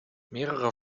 mehrere